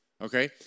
Okay